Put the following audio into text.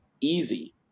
easy